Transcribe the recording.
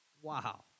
Wow